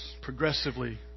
progressively